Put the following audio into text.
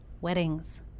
weddings